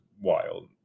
wild